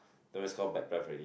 then is call bad breath already